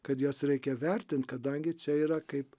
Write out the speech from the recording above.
kad jas reikia vertint kadangi čia yra kaip